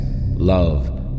love